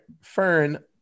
Fern